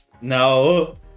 No